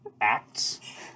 acts